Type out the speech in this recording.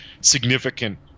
significant